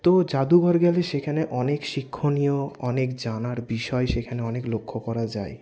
তো জাদুঘর গেলে সেখানে অনেক শিক্ষণীয় অনেক জানার বিষয় সেখানে অনেক লক্ষ্য করা যায়